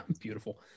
Beautiful